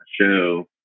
show